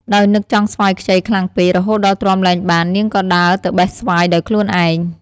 ដោយនឹកចង់ស្វាយខ្ចីខ្លាំងពេករហូតដល់ទ្រាំលែងបាន នាងក៏ដើរទៅបេះស្វាយដោយខ្លួនឯង ។